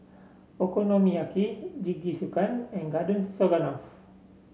Okonomiyaki Jingisukan and Garden Stroganoff